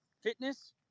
fitness